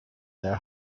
their